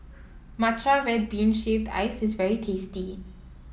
Matcha Red Bean Shaved Ice is very tasty